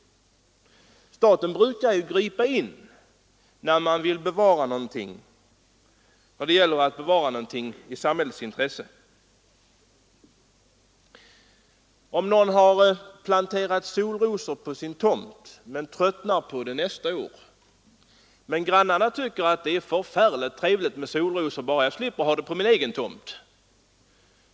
Staten brukar ju gripa in när det gäller att bevara någonting i samhällets intresse. Antag att någon har planterat solrosor på sin tomt men tröttnar på dem nästa år, medan grannarna tycker att det är förfärligt trevligt med solrosor bara de slipper ha dem på sina egna tomter!